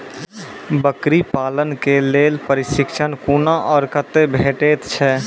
बकरी पालन के लेल प्रशिक्षण कूना आर कते भेटैत छै?